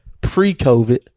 pre-COVID